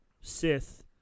Sith